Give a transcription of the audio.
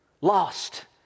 lost